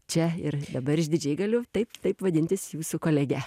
čia ir dabar išdidžiai galiu taip taip vadintis jūsų kolege